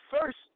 first